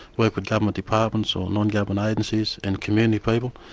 work for government departments or non-government agencies and community people,